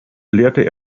lehrte